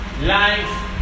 life